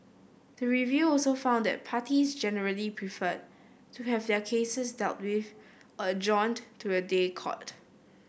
the review also found that parties generally preferred to have their cases dealt with or adjourned to a day court